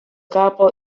capo